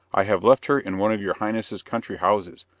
i have left her in one of your highness's country houses,